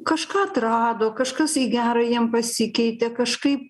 kažką atrado kažkas į gera jiem pasikeitė kažkaip